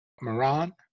Moran